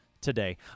today